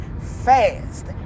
fast